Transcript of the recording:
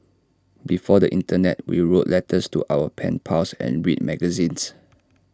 before the Internet we wrote letters to our pen pals and read magazines